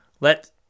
let